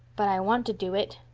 but i want to do it.